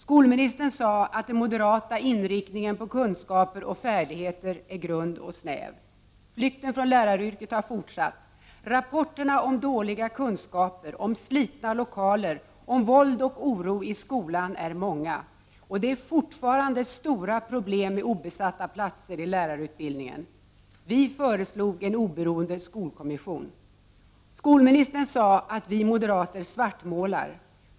Skolministern sade att den moderata inriktningen på kunskaper och färdigheter är grund och snäv. Flykten från läraryrket har fortsatt. Rapporterna om dåliga kunskaper, om slitna lokaler och om våld och oro i skolan är många. Det är fortfarande stora problem med obesatta platser i lärarutbildningen. Vi föreslog en oberoende skolkommission. Skolministern sade att vi moderater svartmålar.